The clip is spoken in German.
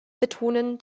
betonen